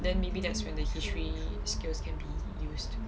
then maybe that's when the history skills can be used